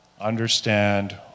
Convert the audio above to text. understand